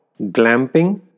glamping